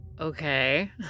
Okay